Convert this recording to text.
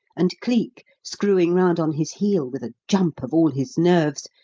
and cleek, screwing round on his heel with a jump of all his nerves,